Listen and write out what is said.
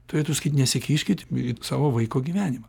turėtų sakyti nesikiškit į savo vaiko gyvenimą